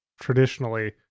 traditionally